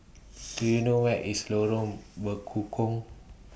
Do YOU know Where IS Lorong Bekukong